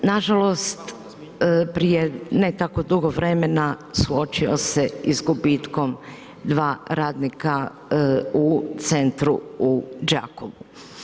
Nažalost prije ne tako dugo vremena suočio se i s gubitkom 2 radnika u centru u Đakovu.